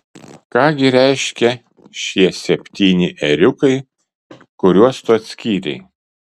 ką gi reiškia šie septyni ėriukai kuriuos tu atskyrei